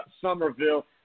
Somerville